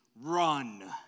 run